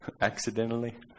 Accidentally